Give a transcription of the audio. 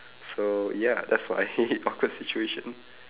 so ya that's my awkward situation